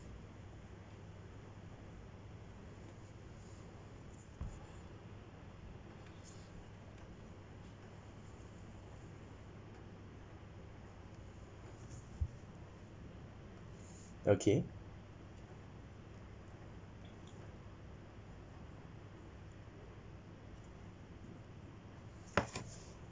okay